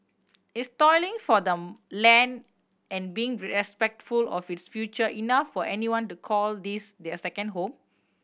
is toiling for the land and being respectful of its future enough for anyone to call this their second home